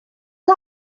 fel